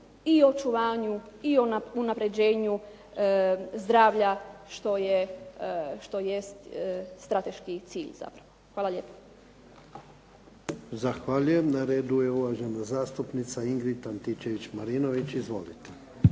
i očuvanju i unapređenju zdravlja što jest strateški cilj zapravo. Hvala lijepo. **Jarnjak, Ivan (HDZ)** Zahvaljujem. Na redu je uvažena zastupnica Ingrid Antičević-Marinović. Izvolite.